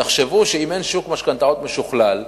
תחשבו שאם אין שוק משכנתאות משוכלל,